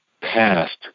past